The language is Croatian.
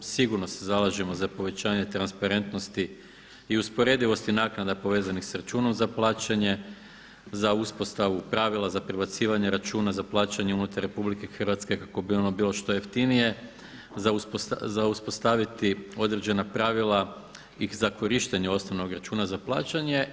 Sigurno se zalažemo za povećanje transparentnosti i usporedivosti naknada povezanih sa računom za plaćanje, za uspostavu pravila za prebacivanje računa za plaćanje unutar RH kako bi ono bilo što jeftinije, za uspostaviti određena pravila i za korištenje osnovnog računa za plaćanje.